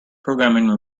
programming